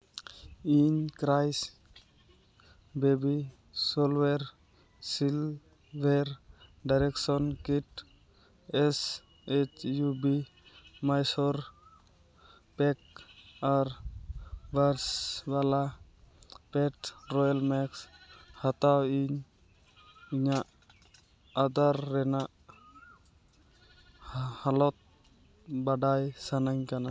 ᱤᱧ ᱠᱨᱟᱭᱤᱥ baby solar ᱥᱤᱞ ᱵᱮᱨ ᱰᱟᱭᱨᱮᱠᱥᱚᱱ ᱠᱤᱴ ᱮᱥ ᱮᱭᱤᱪ ᱤᱭᱩ ᱵᱤ ᱢᱟᱭᱥᱳᱨ ᱯᱮᱠ ᱟᱨ ᱵᱟᱨᱥ ᱵᱟᱞᱟ ᱯᱮᱴ ᱨᱚᱭᱮᱞ ᱢᱮᱠᱥ ᱦᱟᱛᱟᱣ ᱤᱧ ᱤᱧᱟᱹᱜ ᱟᱫᱟᱨ ᱨᱮᱱᱟᱜ ᱦᱟᱞᱚᱛ ᱵᱟᱰᱟᱭ ᱥᱟᱱᱟᱧ ᱠᱟᱱᱟ